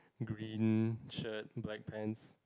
green shirt black pants